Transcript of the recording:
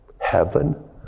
heaven